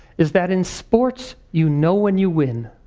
is that in sports you know when you win